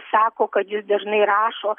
sako kad jis dažnai rašo